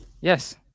Yes